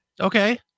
okay